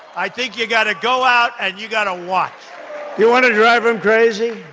i think you got to go out and you got to what you want to drive him crazy.